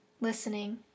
listening